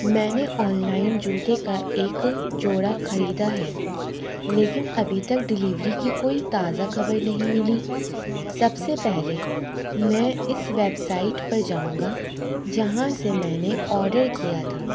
میں نے online جوتے کا ایک جوڑا خریدا ہے لیکن ابھی تک ڈلیوری کی کوئی تازہ خبر نہیں ملی سب سے پہلے میں اس ویب سائٹ پر جاؤں گا جہاں سے میں نے آڈر کیا تھا